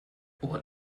what